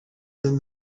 than